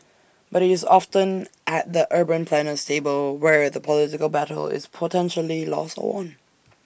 but IT is often at the urban planner's table where the political battle is potentially lost or won